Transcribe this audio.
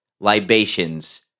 libations